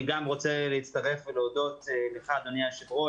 אני גם רוצה להצטרף ולהודות לך אדוני היושב-ראש